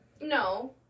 No